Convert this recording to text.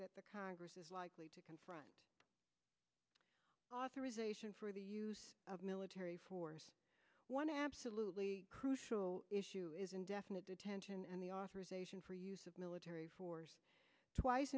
e congress is likely to confront authorization for the use of military force one absolutely crucial issue is indefinite detention and the authorization for use of military force twice